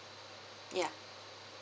yeah